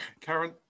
Karen